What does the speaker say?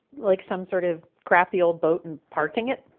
like, some sort of crappy old boat and parking it?